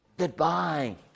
goodbye